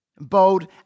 bold